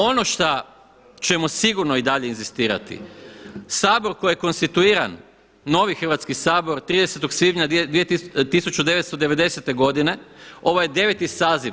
Ono šta ćemo sigurno i dalje inzistirati, Sabor koji je konstituiran, novi Hrvatski sabor 30. svibnja 1990. godine, ovo je 9. saziv.